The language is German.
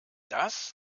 das